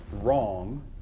wrong